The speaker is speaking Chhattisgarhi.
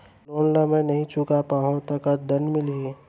लोन ला मैं नही चुका पाहव त का दण्ड मिलही?